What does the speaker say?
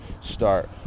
start